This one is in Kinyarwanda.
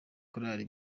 korari